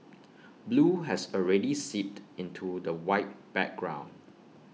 blue has already seeped into the white background